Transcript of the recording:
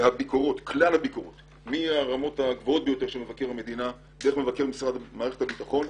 וכלל הביקורות החל ממבקר המדינה דרך מבקר מערכת הביטחון,